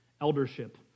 Eldership